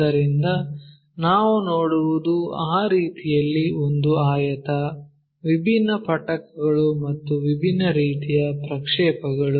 ಆದ್ದರಿಂದ ನಾವು ನೋಡುವುದು ಆ ರೀತಿಯಲ್ಲಿ ಒಂದು ಆಯತ ವಿಭಿನ್ನ ಪಟ್ಟಕಗಳು ಮತ್ತು ವಿಭಿನ್ನ ರೀತಿಯ ಪ್ರಕ್ಷೇಪಗಳು